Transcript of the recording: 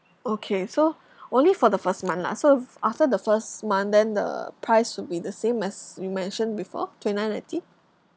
okay so only for the first month lah so f~ after the first month then the price will be the same as you mentioned before twenty nine ninety